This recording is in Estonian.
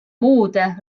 muude